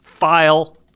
file